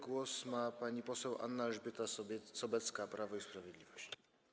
Głos ma pani poseł Anna Elżbieta Sobecka, Prawo i Sprawiedliwość.